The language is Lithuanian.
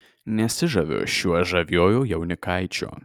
nesižaviu šiuo žaviuoju jaunikaičiu